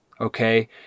okay